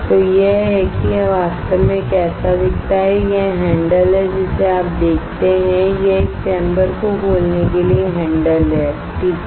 तो यह है कि यह वास्तव में कैसा दिखता है यह हैंडल है जिसे आप देखते हैं यह एक चैम्बर को खोलने के लिए हैंडल है ठीक है